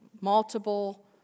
multiple